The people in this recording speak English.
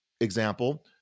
Example